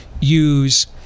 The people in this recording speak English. use